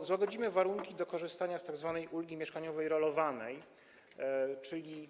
Złagodzimy warunki dotyczące korzystania z tzw. ulgi mieszkaniowej rolowanej, czyli